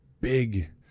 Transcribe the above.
big